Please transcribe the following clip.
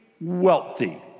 wealthy